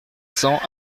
cents